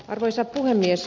arvoisa puhemies